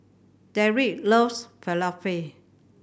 Derrek loves Falafel